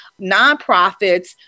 nonprofits